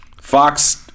Fox